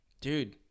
Dude